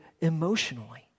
emotionally